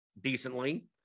decently